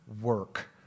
work